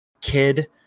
kid